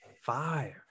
five